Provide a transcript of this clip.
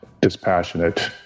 dispassionate